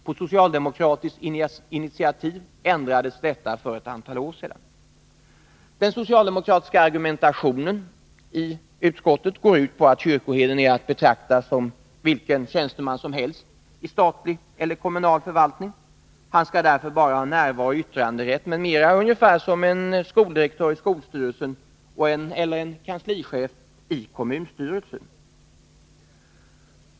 På socialdemokratiskt initiativ ändrades detta för ett antal år sedan. Den socialdemokratiska argumentationen i utskottsbetänkandet går ut på att kyrkoherden är att betrakta som vilken tjänsteman som helst i statlig eller kommunal förvaltning. Han skall därför bara ha närvarooch yttranderätt m.m., ungefär som en skoldirektör i skolstyrelsen eller en kanslichef i kommunstyrelsen.